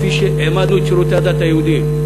כפי שהעמדנו את שירותי הדת היהודיים.